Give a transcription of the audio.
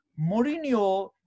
Mourinho